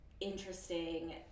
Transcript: interesting